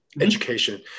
education